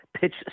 pitch